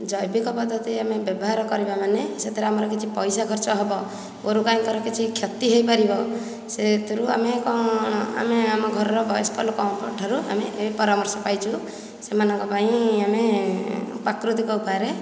ଜୈବିକ ପଦାର୍ଥ ଦେଇ ଆମେ ବ୍ୟବହାର କରିବା ମାନେ ସେଥିରେ ଆମର କିଛି ପଇସା ଖର୍ଚ୍ଚ ହବ ଗୋରୁ ଗାଈଙ୍କର କିଛି କ୍ଷତି ହୋଇପାରିବ ସେହିଥିରୁ ଆମେ କଣ ଆମେ ଆମ ଘରର ବୟସ୍କ ଲୋକଙ୍କ ଠାରୁ ଆମେ ଏହି ପରାମର୍ଶ ପାଇଛୁ ସେମାନଙ୍କ ପାଇଁ ଆମେ ପ୍ରାକୃତିକ ଉପାୟରେ